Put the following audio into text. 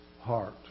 heart